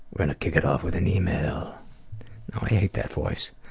i'm gonna kick it off with an eeemail, no i hate that voice.